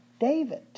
David